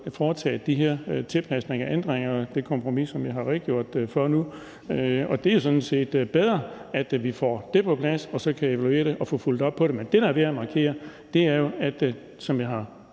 foretaget de her tilpasninger og ændringer – det kompromis, som jeg har redegjort for nu. Og det er jo sådan set bedre, at vi får det på plads og så kan evaluere det og få fulgt op på det. Men det, der er værd at markere, er jo – som jeg har